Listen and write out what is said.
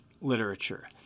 literature